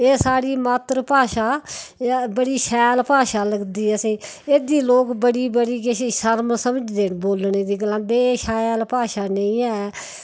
एह् साढ़ी मात्तर भाशा ऐ एह् बड़ी शैल भाशा लगदी असें एह्दी लोग बड़ी बड़ी किश शर्म समझदे न बोलने दी गलांदे एह् शैल भाशा नेईं ऐ